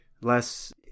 less